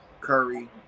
Curry